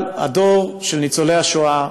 אבל הדור של ניצולי השואה,